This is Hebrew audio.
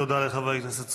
תודה לחבר הכנסת סולומון.